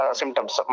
symptoms